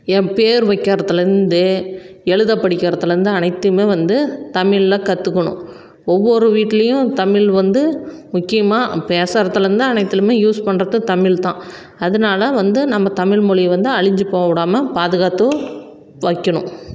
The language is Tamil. என் பேர் வைக்கிறதுலருந்து எழுத படிக்கறதுலருந்து அனைத்துமே வந்து தமிழ்ல கற்றுக்கணும் ஒவ்வொரு வீட்லேயும் தமிழ் வந்து முக்கியமாக பேசுவதுலருந்து அனைத்திலுமே யூஸ் பண்ணுறது தமிழ்தான் அதனால வந்து நம்ம தமிழ் மொழிய வந்து அழிஞ்சி போக விடாமல் பாதுகாத்தும் வைக்கணும்